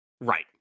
Right